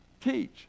teach